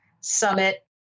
summit